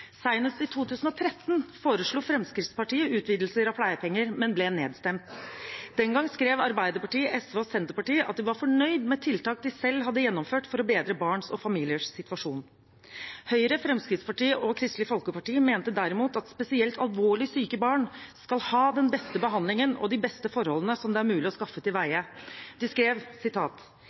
i 2013 foreslo Fremskrittspartiet utvidelser av pleiepenger, men ble nedstemt. Den gang skrev Arbeiderpartiet, SV og Senterpartiet at de var fornøyd med tiltak de selv hadde gjennomført for å bedre barns og familiers situasjon. Høyre, Fremskrittspartiet og Kristelig Folkeparti mente derimot at spesielt alvorlig syke barn skal ha den beste behandlingen og de beste forholdene som det er mulig å skaffe til veie. De skrev: